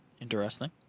Interesting